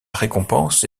récompense